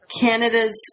Canada's